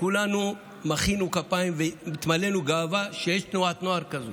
וכולנו מחאנו כפיים והתמלאנו גאווה שיש תנועת נוער כזאת.